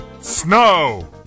snow